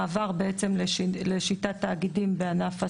מעבר לשיטת תאגידים בענף הסיעוד.